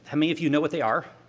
how many of you know what they are?